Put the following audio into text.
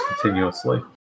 continuously